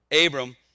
Abram